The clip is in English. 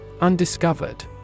Undiscovered